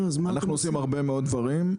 אנחנו עושים הרבה מאוד דברים.